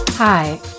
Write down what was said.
Hi